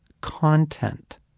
content